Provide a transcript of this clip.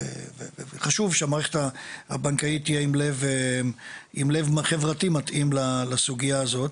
וחשוב שהמערכת הבנקאית תהיה עם לב חברתי מתאים לסוגיה הזו.